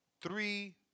Three